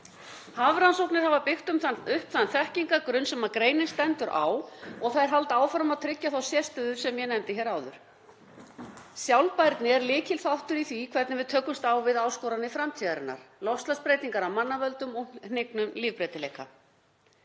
Hafrannsóknir hafa byggt upp þann þekkingargrunn sem greinin stendur á og þær halda áfram að tryggja þá sérstöðu sem ég nefndi hér áður. Sjálfbærni er lykilþáttur í því hvernig við tökumst á við áskoranir framtíðarinnar, loftslagsbreytingar af mannavöldum og hnignun lífbreytileika.